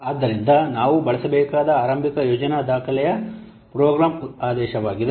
ಆದ್ದರಿಂದ ನಾವು ಬಳಸಬೇಕಾದ ಆರಂಭಿಕ ಯೋಜನಾ ದಾಖಲೆಯು ಪ್ರೋಗ್ರಾಂ ಆದೇಶವಾಗಿದೆ